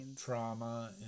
trauma